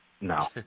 No